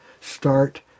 start